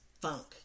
funk